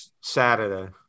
Saturday